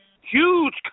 huge